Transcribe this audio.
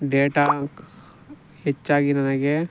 data ಹೆಚ್ಚಾಗಿ ನನಗೆ